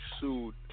sued